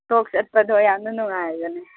frog ꯁꯦꯠꯄꯗꯣ ꯌꯥꯝꯅ ꯅꯨꯡꯉꯥꯏꯕꯅꯦ